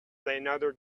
another